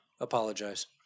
Apologize